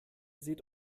seht